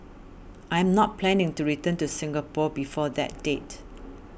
I'm not planning to return to Singapore before that date